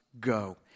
go